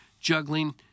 juggling